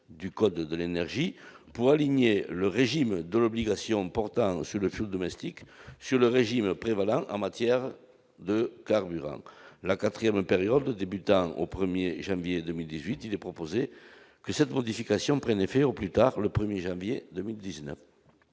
du code de l'énergie pour aligner le régime d'obligations portant sur le fioul domestique sur le régime qui prévaut en matière de carburants. La quatrième période débutant au 1janvier 2018, il est proposé que cette modification prenne effet au plus tard le 1 janvier 2019.